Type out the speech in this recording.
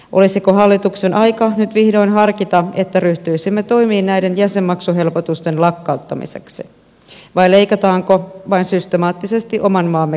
olisiko hallituksen aika nyt vihdoin harkita että ryhtyisimme toimiin näiden jäsenmaksuhelpotusten lakkauttamiseksi vai leikataanko vain systemaattisesti oman maamme kansalaisilta